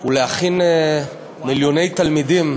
הוא להכין מיליוני תלמידים